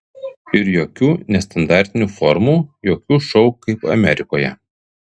ir jokių nestandartinių formų jokių šou kaip amerikoje